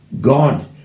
God